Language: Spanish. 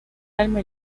alma